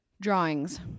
drawings